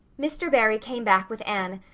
mr. barry came back with anne,